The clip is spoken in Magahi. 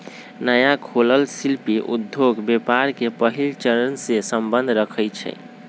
नया खोलल शिल्पि उद्योग व्यापार के पहिल चरणसे सम्बंध रखइ छै